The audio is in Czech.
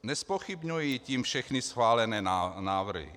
Nezpochybňuji tím všechny schválené návrhy.